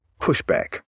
pushback